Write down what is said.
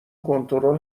کنترل